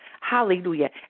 hallelujah